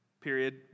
period